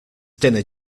dinner